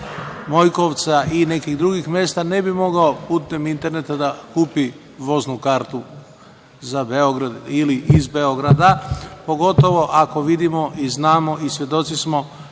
Mojkovca, ne bi mogao putem interneta da kupi voznu kartu za Beograd ili iz Beograda, pogotovo ako vidimo, znamo i svedoci smo